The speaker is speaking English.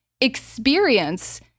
experience